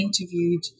interviewed